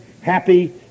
happy